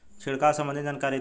छिड़काव संबंधित जानकारी दी?